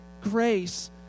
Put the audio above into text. grace